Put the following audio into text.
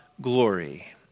glory